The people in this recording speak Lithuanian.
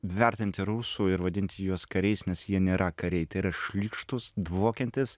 vertinti rusų ir vadinti juos kariais nes jie nėra kariai tai yra šlykštūs dvokiantys